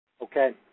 Okay